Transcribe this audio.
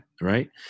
Right